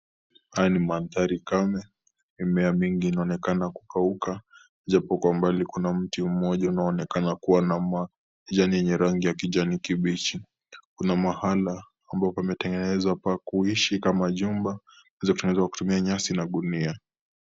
Haya ni mandhari kame , mimea mingi inaonekana kukauka japo kuwa mbali kuna mti mmoja unaoonekana kuwa na majani yenye rangi ya kijani kibichi, kuna mahala ambao pametengenezwa pa kuishi